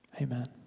Amen